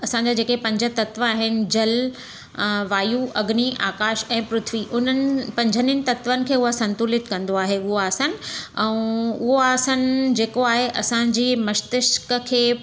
असांजा जेके पंज तत्व आहिनि जलु वायु अग्नि आकाश ऐं पृथ्वी उन्हनि पंजनीनि तत्वनि खे उहा संतुलित कंदो आहे उहो आसनु ऐं उहो आसनु जेको आहे असांजी मस्तिष्क खे